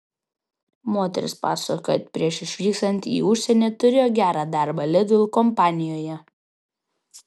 moteris pasakoja kad prieš išvykstant į užsienį turėjo gerą darbą lidl kompanijoje